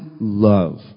love